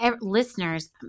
Listeners